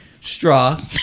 straw